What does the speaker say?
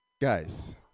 guys